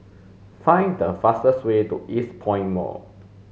find the fastest way to Eastpoint Mall